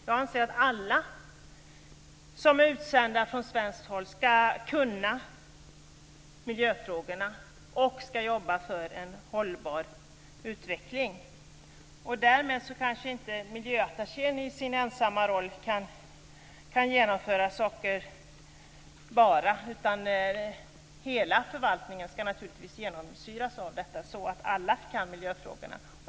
Jag anser att alla som är utsända från svenskt håll ska kunna miljöfrågorna och ska jobba för en hållbar utveckling. Miljöattachén kan kanske inte i sin ensamma roll genomföra saker, utan hela förvaltningen ska naturligtvis genomsyras av detta, så att alla kan miljöfrågorna.